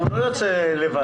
הוא לא ירצה לבד.